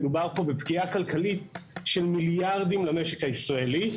מדובר פה בפגיעה כלכלית של מיליארדים למשק הישראלי.